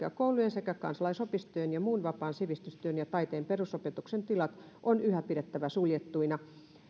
sekä kansalaisopistojen ja muun vapaan sivistystyön ja taiteen perusopetuksen tilat on yhä pidettävä suljettuina